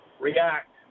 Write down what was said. react